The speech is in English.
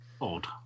odd